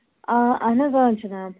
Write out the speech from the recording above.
آ اَہن حظ آ جِناب